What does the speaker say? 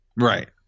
right